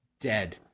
dead